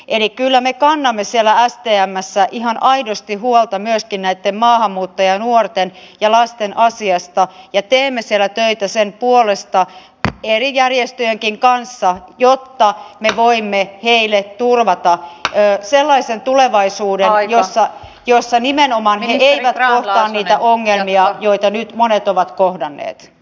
eli kyllä me kannamme siellä stmssä ihan aidosti huolta myöskin näitten maahanmuuttajanuorten ja lasten asiasta ja teemme siellä töitä sen puolesta eri järjestöjenkin kanssa jotta me voimme heille turvata sellaisen tulevaisuuden jossa nimenomaan he eivät kohtaa niitä ongelmia joita nyt monet ovat kohdanneet